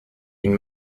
une